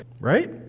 right